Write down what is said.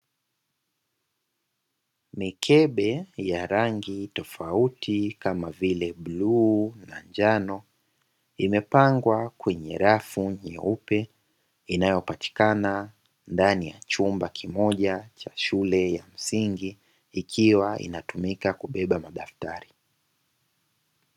Mikebe ya rangi tofauti kama vile bluu na njano, imepangwa kwenye rafu nyeupe, inayopatikana ndani ya chumba kimoja cha shule ya msingi ikiwa inatumika kubeba madaftari.